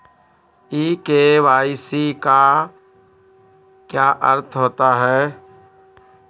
ई KYC का क्या अर्थ होता है?